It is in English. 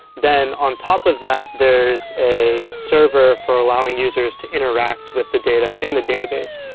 then on top of that, there is a server for allowing users to interact with the data in the database.